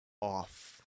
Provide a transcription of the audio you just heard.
off